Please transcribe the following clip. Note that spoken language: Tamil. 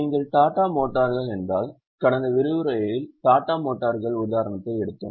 நீங்கள் டாடா மோட்டார்கள் என்றால் கடந்த விரிவுரையில் டாடா மோட்டார்கள் உதாரணத்தை எடுத்தோம்